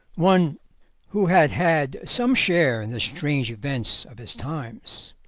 one who had had some share in the strange events of his times.